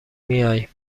میایم